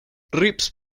reeves